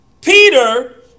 Peter